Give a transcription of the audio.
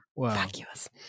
vacuous